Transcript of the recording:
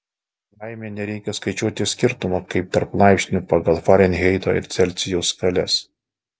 laimė nereikia skaičiuoti skirtumo kaip tarp laipsnių pagal farenheito ir celsijaus skales